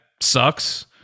sucks